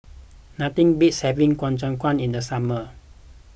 nothing beats having Ku Chai Kuih in the summer